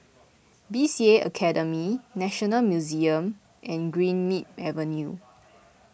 B C A Academy National Museum and Greenmead Avenue